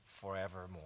forevermore